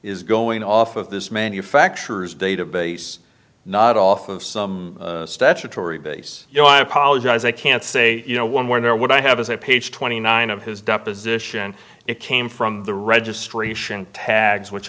is going off of this manufacturer's database not off of some statutory base you know i apologize i can't say you know one where what i have is a page twenty nine of his deposition it came from the registration tags which